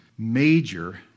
Major